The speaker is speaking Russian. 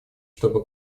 чтобы